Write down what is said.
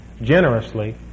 generously